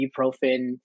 ibuprofen